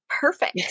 Perfect